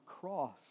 cross